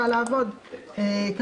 עבודה ישראלית חשובה בשכר גבוה ועם ידע.